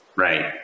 Right